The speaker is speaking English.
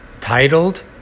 titled